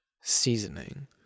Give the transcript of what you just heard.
seasoning